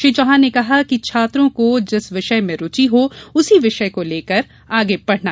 श्री चौहान ने कहा कि छात्र को जिस विषय मे रुचि हो उस विषय को लेकर पढ़ें